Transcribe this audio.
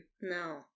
No